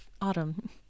autumn